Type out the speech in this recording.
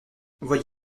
voyez